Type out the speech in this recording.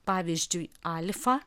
pavyzdžiui alfa